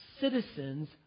citizens